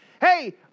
hey